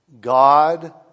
God